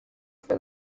for